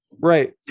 right